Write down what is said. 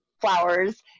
flowers